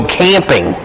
camping